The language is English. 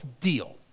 deal